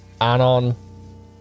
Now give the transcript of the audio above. Anon